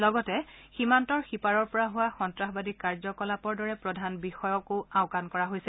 লগতে সীমান্তব সীপাৰৰ পৰা হোৱা সন্নাসবাদী কাৰ্যকলাপৰ দৰে প্ৰধান বিষয়ক আওকাণ কৰা হৈছে